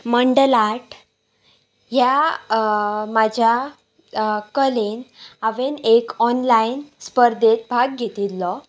Mandla art ह्या म्हाज्या कलेन हांवें एक ऑनलायन स्पर्धेेत भाग घेतिल्लो